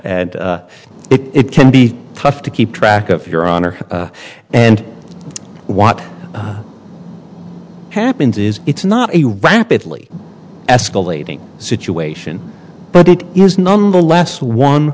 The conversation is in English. it can be tough to keep track of your honor and what happens is it's not a rapidly escalating situation but it is nonetheless one